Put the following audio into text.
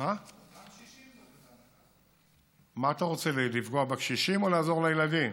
מה אתה רוצה, לפגוע בקשישים או לעזור לילדים?